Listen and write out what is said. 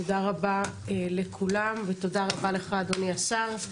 תודה רבה לכולם ותודה רבה לך אדוני השר.